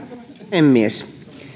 puhemies